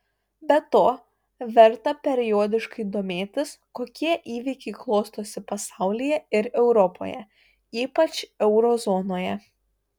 be to verta periodiškai domėtis kokie įvykiai klostosi pasaulyje ir europoje ypač euro zonoje